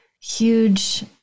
huge